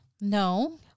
No